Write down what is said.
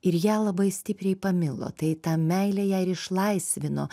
ir ją labai stipriai pamilo tai ta meilė ją ir išlaisvino